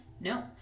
No